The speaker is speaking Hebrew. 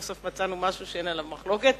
סוף-סוף מצאנו משהו שאין עליו מחלוקת.